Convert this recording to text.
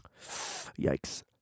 yikes